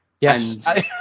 yes